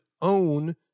own